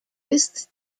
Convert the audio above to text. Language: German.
ist